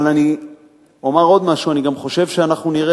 אבל אני אומר עוד משהו: אני גם חושב שאנחנו נראה